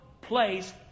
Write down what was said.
place